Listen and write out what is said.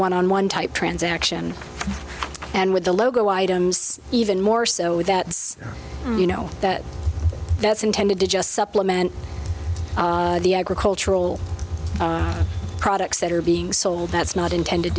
one on one type transaction and with the logo items even more so with that you know that that's intended to just supplement the agricultural products that are being sold that's not intended